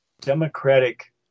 Democratic